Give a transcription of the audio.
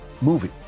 movie